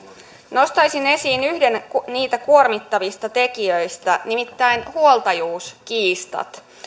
nostaisin esiin yhden niitä kuormittavista tekijöistä nimittäin huoltajuuskiistat